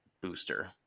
booster